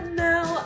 now